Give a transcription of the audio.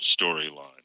storyline